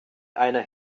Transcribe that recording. einer